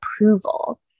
approval